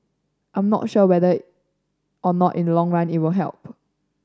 I'm not sure whether or not in long run help